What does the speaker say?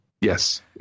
Yes